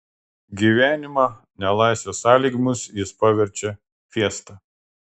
gyvenimą nelaisvės sąlygomis jis paverčia fiesta